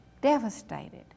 devastated